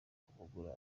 kumugura